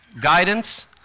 guidance